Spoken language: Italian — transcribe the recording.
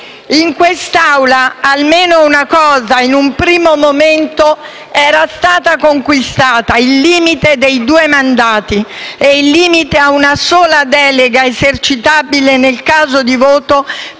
In quest'Aula, almeno una cosa, in un primo momento, era stata conquistata: il limite dei due mandati e quello a una sola delega esercitabile nel caso di voto